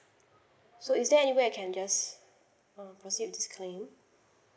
so is there anywhere I can guess uh proceed with this claim